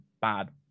bad